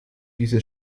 diese